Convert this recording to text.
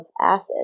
acid